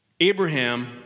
Abraham